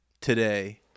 today